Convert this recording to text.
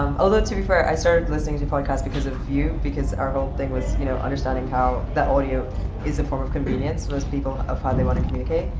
although too, for, i started listening to podcasts because of you, because our whole thing was, you know, understanding how that audio is a form of convenience, most people of how they want to communicate.